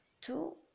two